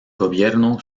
gobierno